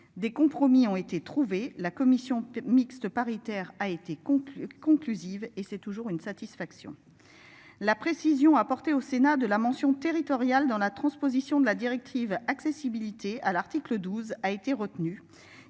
des compromis ont été trouvés. La commission mixte paritaire a été conclu conclusive et c'est toujours une satisfaction. La précision apportée au Sénat de la mention territoriale dans la transposition de la directive accessibilité à l'article 12 a été retenu,